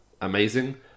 amazing